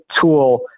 tool